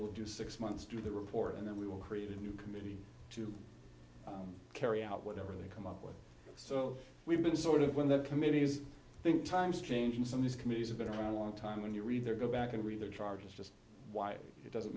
will do six months do the report and then we will create a new committee to carry out whatever they come up with so we've been sort of when the committees think times change and some these committees have been around a long time when you read their go back and read their charges just why it doesn't